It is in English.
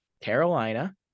Carolina